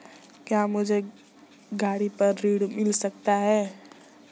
क्या मुझे गाड़ी पर ऋण मिल सकता है?